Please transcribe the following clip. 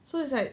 so it's like